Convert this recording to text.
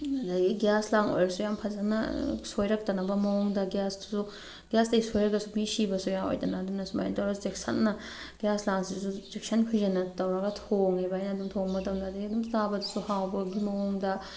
ꯑꯗꯒꯤ ꯒ꯭ꯌꯥꯁ ꯂꯥꯡ ꯑꯣꯏꯔꯁꯨ ꯌꯥꯝ ꯐꯖꯅ ꯁꯣꯏꯔꯛꯇꯅꯕ ꯃꯑꯣꯡꯗ ꯒ꯭ꯌꯥꯁꯇꯨꯁꯨ ꯒ꯭ꯌꯥꯁꯇꯒꯤ ꯁꯣꯏꯔꯒꯁꯨ ꯃꯤ ꯁꯤꯕꯁꯨ ꯌꯥꯎꯑꯦꯗꯅ ꯑꯗꯨꯅ ꯁꯨꯃꯥꯏ ꯇꯧꯔ ꯆꯦꯛꯁꯤꯟꯅ ꯒ꯭ꯌꯥꯁ ꯂꯥꯡꯁꯤꯁꯨ ꯆꯦꯛꯁꯤꯟ ꯈꯣꯏꯖꯟꯅ ꯇꯧꯔꯒ ꯊꯣꯡꯉꯦꯕ ꯑꯩꯅ ꯑꯗꯨꯝ ꯊꯣꯡꯕ ꯃꯇꯝꯗ ꯑꯗꯩ ꯑꯗꯨꯝ ꯆꯥꯕꯗꯁꯨ ꯍꯥꯎꯕꯒꯤ ꯃꯋꯣꯡꯗ